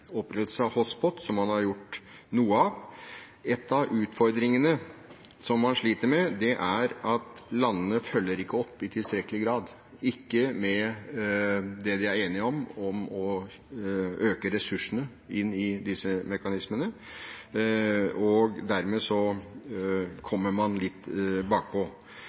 som man har begynt på. En av utfordringene som man sliter med, er at landene ikke følger opp i tilstrekkelig grad det vi er enige om, å øke ressursene inn i disse mekanismene. Dermed kommer man litt